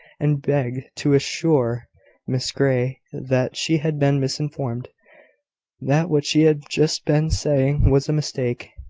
and begged to assure miss grey that she had been misinformed that what she had just been saying was a mistake.